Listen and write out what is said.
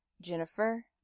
Jennifer